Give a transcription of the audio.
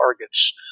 targets